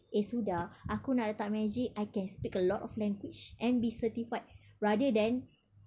eh sudah aku nak letak magic I can speak a lot of language and be certified rather than